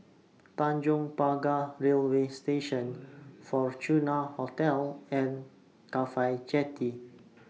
Tanjong Pagar Railway Station Fortuna Hotel and Cafhi Jetty